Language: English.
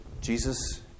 Jesus